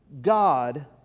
God